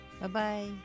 Bye-bye